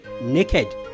Naked